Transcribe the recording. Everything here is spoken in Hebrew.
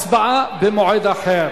הצבעה במועד אחר.